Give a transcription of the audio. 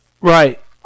Right